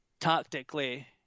tactically